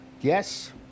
Yes